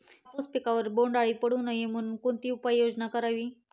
कापूस पिकावर बोंडअळी पडू नये म्हणून कोणती उपाययोजना करावी?